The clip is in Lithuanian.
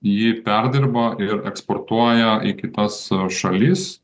jį perdirba ir eksportuoja į kitas šalis